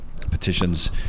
petitions